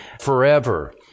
forever